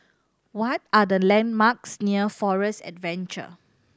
what are the landmarks near Forest Adventure